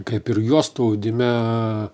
kaip ir juostų audime